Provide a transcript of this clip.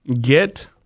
Get